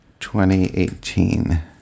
2018